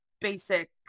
basic